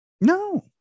No